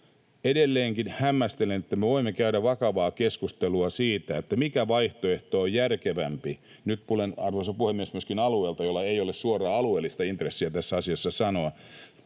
Edelleenkin hämmästelen, että me voimme käydä vakavaa keskustelua siitä, mikä vaihtoehto on järkevämpi — tulen, arvoisa puhemies, myöskin alueelta, jolla ei ole suoraa alueellista intressiä tässä asiassa sanoa